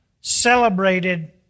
celebrated